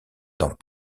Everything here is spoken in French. dans